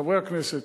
חברי הכנסת,